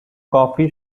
coffee